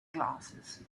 glasses